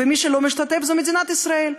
ומי שלא משתתפת זו מדינת ישראל.